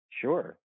Sure